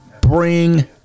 Bring